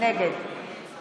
נגד דסטה